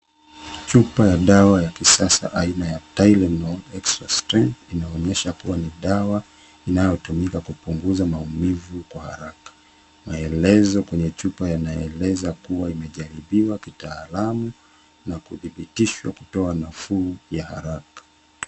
Chupa ya dawa ya kisasa aina ya Tylenol Extra Strength inaonyesha kuwa ni dawa inayotumika kupunguza maumivu kwa haraka. Maelezo kwenye chupa yanaeleza kuwa imejaribiwa kitaalamu na kudhibitishwa kutoa nafuu ya haraka.